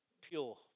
pure